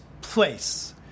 place